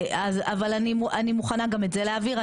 אבל אני מוכנה גם את זה להבהיר.